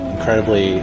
Incredibly